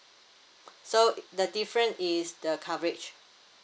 so the different is the coverage